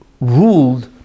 ruled